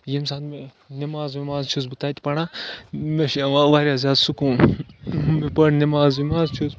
ییٚمۍ ساتہٕ مےٚ نٮ۪ماز وٮ۪ماز چھُس بہٕ تَتہِ پران مےٚ چھُ یِوان واریاہ زیادٕ سکوٗن بہٕ پَرٕ نٮ۪ماز وٮ۪ماز چھُس